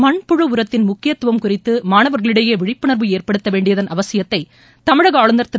மண்புழு உரத்தின் முக்கியத்துவம் குறித்து மாணவர்களிடையே விழிப்புணர்வு ஏற்படுத்த வேண்டியதன் அவசியத்தை தமிழக ஆளுநர் திரு